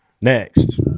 Next